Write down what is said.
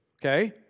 Okay